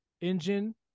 Engine